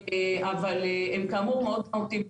אבל הם כאמור מאוד מהותיים,